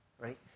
Right